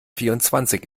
vierundzwanzig